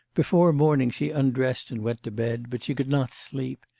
before morning she undressed and went to bed, but she could not sleep.